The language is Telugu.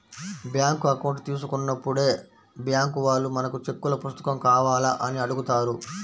బ్యాంకు అకౌంట్ తీసుకున్నప్పుడే బ్బ్యాంకు వాళ్ళు మనకు చెక్కుల పుస్తకం కావాలా అని అడుగుతారు